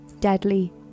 deadly